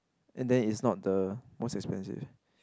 and then it's not the most expensive